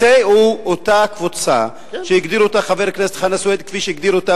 הנושא הוא אותה קבוצה שהגדיר אותה חבר הכנסת חנא סוייד כפי שהגדיר אותה,